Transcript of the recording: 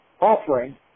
offering